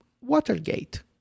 Watergate